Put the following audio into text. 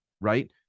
right